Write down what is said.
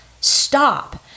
Stop